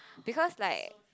because like